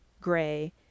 gray